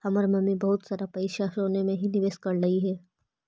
हमर मम्मी बहुत सारा पैसा सोने में ही निवेश करलई हे